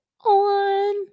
on